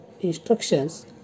instructions